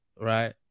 right